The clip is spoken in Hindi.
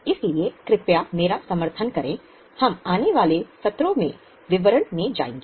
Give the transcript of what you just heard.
इसलिए कृपया मेरा समर्थन करें हम आने वाले सत्रों में विवरण में जाएंगे